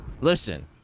listen